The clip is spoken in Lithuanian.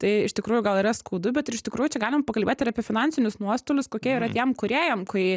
tai iš tikrųjų gal yra skaudu bet ir iš tikrųjų čia galim pakalbėt ir apie finansinius nuostolius kokie yra tiem kūrėjam kai